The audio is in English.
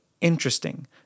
interesting